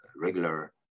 regular